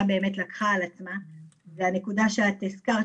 באמת לקחה על עצמה וזו הנקודה שאת הזכרת,